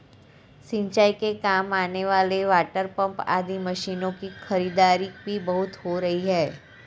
सिंचाई के काम आने वाले वाटरपम्प आदि मशीनों की खरीदारी भी बहुत हो रही है